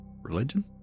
religion